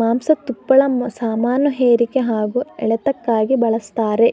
ಮಾಂಸ ತುಪ್ಪಳ ಸಾಮಾನುಹೇರಿಕೆ ಹಾಗೂ ಎಳೆತಕ್ಕಾಗಿ ಬಳಸ್ತಾರೆ